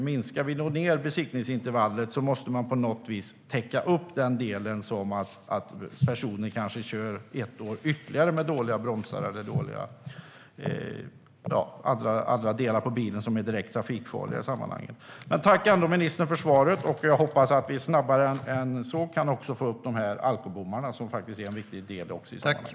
Minskar man då besiktningsintervallet måste man på något vis ha beredskap för att den personen kanske kör ytterligare ett år med dåliga bromsar eller andra trafikfarliga brister. Jag tackar ändå ministern för svaret, och jag hoppas att vi snabbare än så kan få upp fler alkobommar som också är en viktig del i det här sammanhanget.